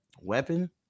weapon